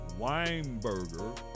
Weinberger